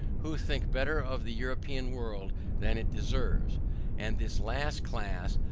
who think better of the european world than it deserves and this last class,